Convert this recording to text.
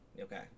okay